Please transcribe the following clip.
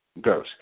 goes